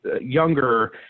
younger